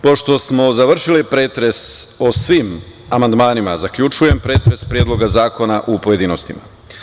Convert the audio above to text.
Pošto smo završili pretres o svim amandmanima, zaključujem pretres Predloga zakona u pojedinostima.